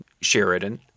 Sheridan